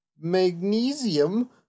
Magnesium